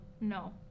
No